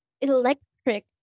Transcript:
electric